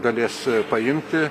galės paimti